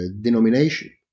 denomination